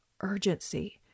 urgency